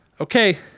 Okay